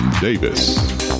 Davis